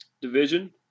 Division